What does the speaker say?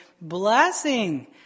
blessing